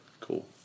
cool